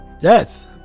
Death